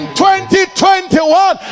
2021